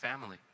family